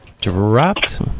dropped